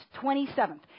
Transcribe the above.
27th